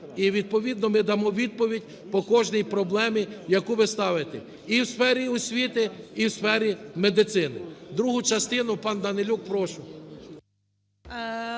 і відповідно ми дамо відповідь по кожній проблемі, яку ви ставите, і у сфері освіти, і у сфері медицини. Другу частину - пан Данилюк, прошу.